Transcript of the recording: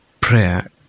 prayer